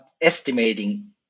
estimating